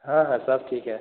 हाँ हाँ सब ठीक है